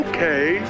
Okay